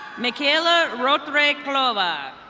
mikaela rodrey palova.